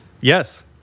yes